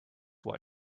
what